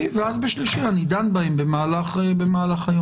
ואז בשלישי אני דן בהן במהלך היום.